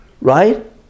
right